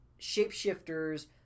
Shapeshifters